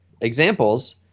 examples